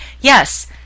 yes